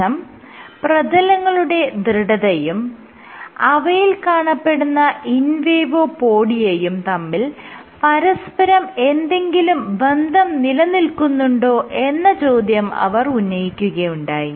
ശേഷം പ്രതലങ്ങളുടെ ദൃഢതയും അവയിൽ കാണപ്പെടുന്ന ഇൻവേഡോപോഡിയയും തമ്മിൽ പരസ്പരം എന്തെങ്കിലും ബന്ധം നിലനിൽക്കുന്നുണ്ടോ എന്ന ചോദ്യം അവർ ഉന്നയിക്കുകയുണ്ടായി